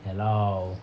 hello